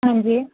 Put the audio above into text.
ਹਾਂਜੀ